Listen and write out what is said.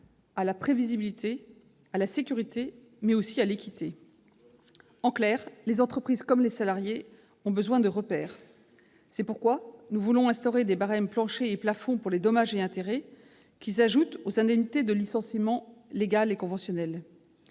à la prévisibilité et à la sécurité, ainsi qu'à l'équité. Les entreprises comme les salariés ont besoin de repères. C'est pourquoi nous voulons instaurer des barèmes planchers et plafonds pour les dommages et intérêts qui s'ajoutent aux indemnités de licenciement légales et conventionnelles.